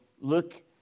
look